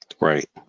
Right